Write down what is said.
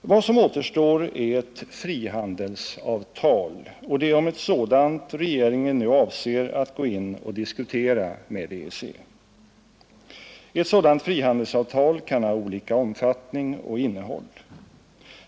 Vad som återstår är ett frihandelsavtal och det är om ett sådant regeringen nu avser att gå in och diskutera med EEC. Ett sådant frihandelsavtal kan ha olika omfattning och innehåll.